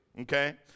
okay